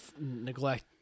neglect